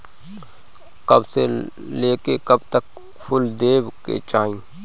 कब से लेके कब तक फुल देवे के चाही?